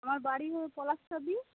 আমার বাড়ি ওই পলাশচাবড়ি